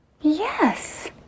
Yes